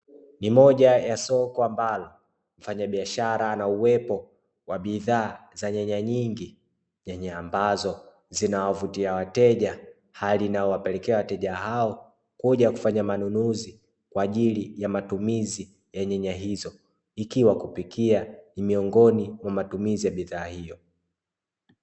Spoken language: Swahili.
Ni moja ya soko ambalo mfanyabiashara anauwepo wa bidhaa za nyanya nyingi, nyanya ambazo zinawavutia wateja, hali inayowapelekea wateja hao kuja kufanya manunuzi kwa ajili ya matumizi ya nyanya hizo ikiwa kupikia ni miongoni wa matumizi ya bidhaa hiyo.